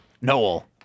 Noel